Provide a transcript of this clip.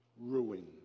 ruin